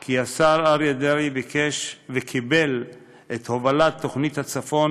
כי השר אריה דרעי ביקש וקיבל את הובלת תוכנית הצפון